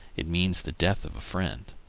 it means the death of a friend.